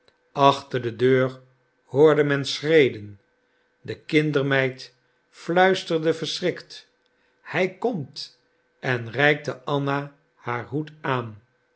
achter de deur hoorde men schreden de kindermeid fluisterde verschrikt hij komt en reikte anna haar hoed aan